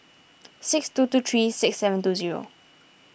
six two two three six seven two zero